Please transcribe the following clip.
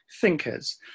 thinkers